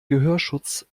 gehörschutz